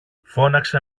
φώναξε